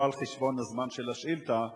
לא על חשבון הזמן של השאילתא,